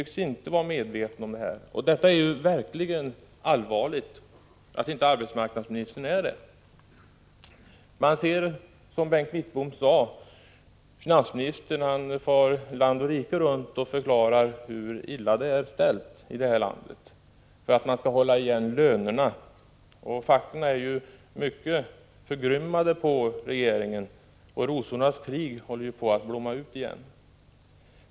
1985/86:28 inte vara medveten om, och det är verkligen allvarligt. Som Bengt Wittbom 15 november 1985 sade far vår finansminister, som vill hålla lönerna nere, landochrikerut och ZH förklarar hur illa det är ställt här i Sverige. Facken är mycket förgrymmade på regeringen, och rosornas krig håller på att blomma ut igen.